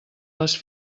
les